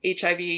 HIV